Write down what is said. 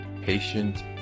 patient